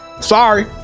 Sorry